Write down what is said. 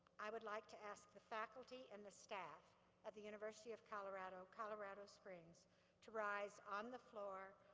i would like to ask the faculty and the staff of the university of colorado colorado springs to rise on the floor,